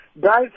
Guys